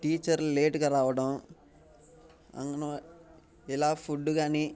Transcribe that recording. టీచర్లు లేట్గా రావడం అంగన్వా ఇలా ఫుడ్ కానీ